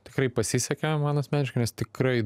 tikrai pasisekė man asmeniškai nes tikrai